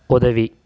உதவி